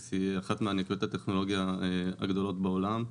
יאנדקס היא אחת מענקיות הטכנולוגיה הגדולות בעולם,